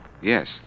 Yes